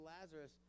Lazarus